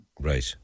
Right